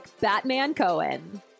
Batman-Cohen